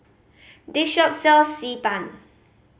this shop sell Xi Ban